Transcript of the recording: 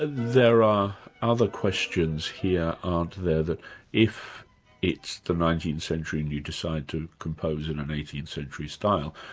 ah there are other questions here, aren't there, that if it's the nineteenth century and you decide to compose in an eighteenth century style,